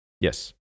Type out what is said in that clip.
Yes